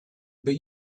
but